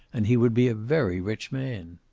and he would be a very rich man.